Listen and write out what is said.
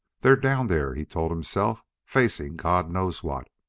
they're down there, he told himself, facing god knows what.